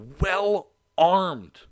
well-armed